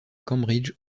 cambridge